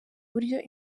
buryo